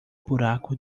buraco